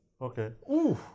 Okay